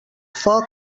foc